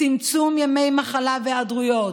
צמצום ימי מחלה והיעדרויות.